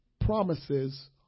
promises